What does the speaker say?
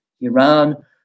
Iran